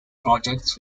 projects